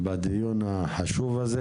בדיון החשוב הזה.